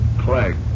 Clegg